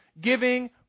giving